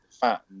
fat